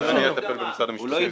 אני אטפל במשרד המשפטים.